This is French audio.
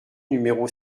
numéro